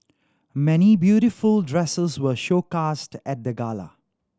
many beautiful dresses were showcased at the gala